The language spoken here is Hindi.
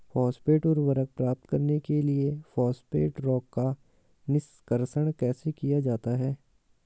फॉस्फेट उर्वरक प्राप्त करने के लिए फॉस्फेट रॉक का निष्कर्षण कैसे किया जाता है?